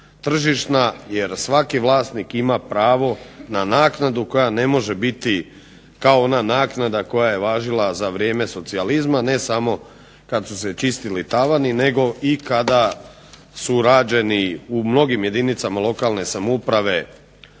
tržišna jer svaki vlasnik ima pravo na naknadu koja ne može biti kao ona naknada koja je važila za vrijeme socijalizma ne samo kada su se čistili tavani i kada su rađeni u mnogim jedinicama lokalne samouprave